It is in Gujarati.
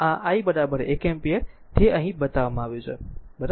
તેથી આ i એક એમ્પીયર આ તે છે જે અહીં બતાવવામાં આવ્યું છે બરાબર